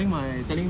was okay